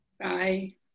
Bye